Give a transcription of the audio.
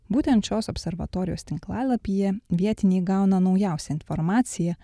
būtent šios observatorijos tinklalapyje vietiniai gauna naujausią informaciją